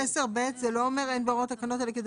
10(ב) זה לא אומר אין בהוראות תקנות אלה כדי